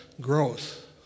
growth